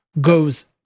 goes